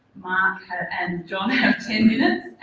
mark and john have ten minutes,